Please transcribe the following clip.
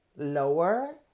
Lower